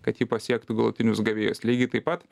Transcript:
kad ji pasiektų galutinius gavėjus lygiai taip pat